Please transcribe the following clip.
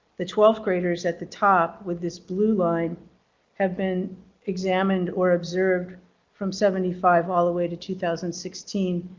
the twelfth graders at the top with this blue line have been examined or observed from seventy five all the way to two thousand and sixteen.